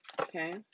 Okay